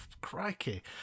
crikey